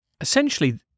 essentially